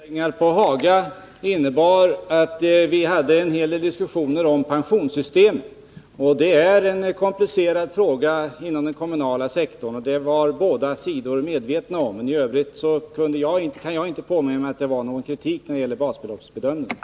Herr talman! Våra överläggningar på Haga innebar att vi hade en hel del diskussioner om pensionssystemet. Det är en komplicerad fråga inom den kommunala sektorn, och det var båda sidor medvetna om. I övrigt kan jag inte påminna mig att det förekom någon kritik när det gäller basbeloppsbedömningen.